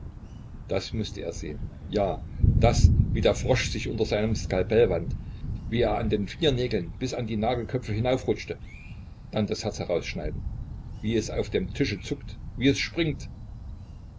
das mußte er sehen ja das wie der frosch sich unter seinem skalpell wand wie er an den vier nägeln bis an die nagelköpfe hinaufrutschte dann das herz herausschneiden wie es auf dem tische zuckt wie es springt